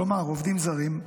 כלומר עובדים זרים,